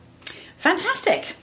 Fantastic